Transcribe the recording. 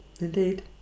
Indeed